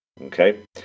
okay